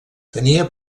tenia